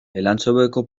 elantxobeko